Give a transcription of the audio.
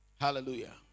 Hallelujah